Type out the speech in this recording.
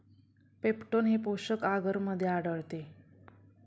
peptone हे पोषक आगरमध्ये आढळते